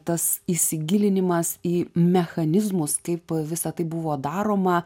tas įsigilinimas į mechanizmus taip visa tai buvo daroma